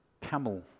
camel